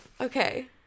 Okay